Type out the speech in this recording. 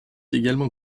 également